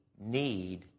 need